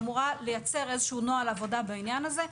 במשרד הרווחה שאמורה לייצר נוהל עבודה בעניין הזה.